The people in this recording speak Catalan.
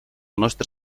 nostre